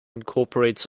incorporates